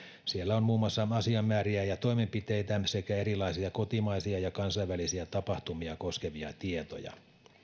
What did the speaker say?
siellä on muun muassa asiamääriä ja toimenpiteitä sekä erilaisia kotimaisia ja kansainvälisiä tapahtumia koskevia tietoja